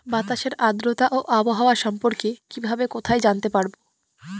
বাতাসের আর্দ্রতা ও আবহাওয়া সম্পর্কে কিভাবে কোথায় জানতে পারবো?